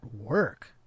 work